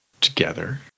together